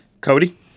Cody